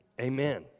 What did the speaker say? Amen